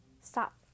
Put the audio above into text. stop